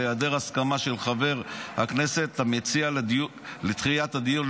בהיעדר הסכמה של חבר הכנסת המציע לדחיית הדיון,